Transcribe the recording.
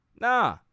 nah